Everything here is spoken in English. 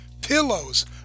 pillows